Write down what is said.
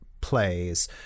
plays